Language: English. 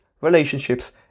relationships